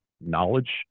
knowledge